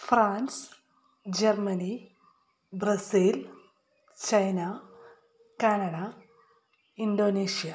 France Germany Brazil China Canada Indonesia